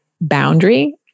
boundary